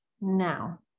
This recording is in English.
now